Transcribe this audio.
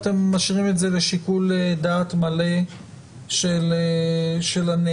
אתם משאירים את זה לשיקול דעת מלא של הנאמן.